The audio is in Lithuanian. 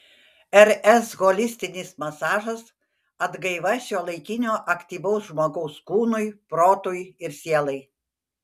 rs holistinis masažas atgaiva šiuolaikinio aktyvaus žmogaus kūnui protui ir sielai